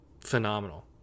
phenomenal